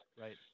Right